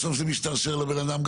בסוף זה משתרשר לבן אדם.